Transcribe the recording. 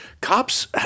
Cops